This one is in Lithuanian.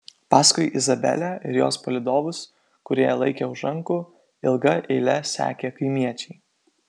paskui izabelę ir jos palydovus kurie ją laikė už rankų ilga eile sekė kaimiečiai